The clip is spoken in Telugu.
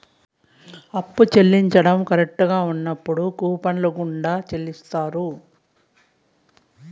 అప్పు చెల్లించడం కట్టంగా ఉన్నప్పుడు కూపన్ల గుండా చెల్లిత్తారు